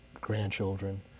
grandchildren